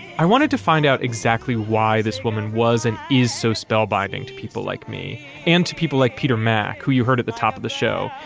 i wanted to find out exactly why this woman was and is so spellbinding to people like me and to people like peter mac, who you heard at the top of the show.